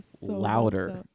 louder